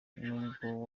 nubwo